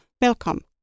Welcome